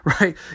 Right